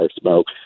smoke